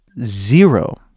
zero